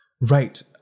right